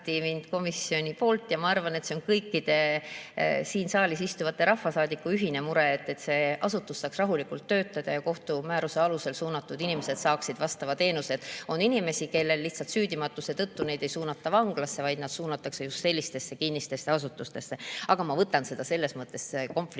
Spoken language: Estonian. Ja ma arvan, et see on kõikide siin saalis istuvate rahvasaadikute ühine mure, et see asutus saaks rahulikult töötada ja kohtumääruse alusel suunatud inimesed saaksid vastavad teenused. On inimesi, keda lihtsalt süüdimatuse tõttu ei suunata vanglasse, vaid nad suunatakse just sellistesse kinnistesse asutustesse. Aga ma võtan selles mõttes komplimendina,